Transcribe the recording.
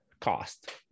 cost